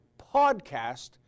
PODCAST